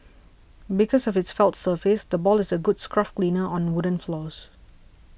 because of its felt surface the ball is a good scruff cleaner on wooden floors